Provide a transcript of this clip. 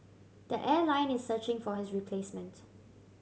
the airline is searching for his replacement